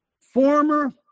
former